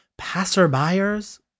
passerbyers